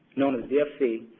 known as dfc,